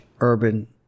urban